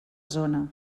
zona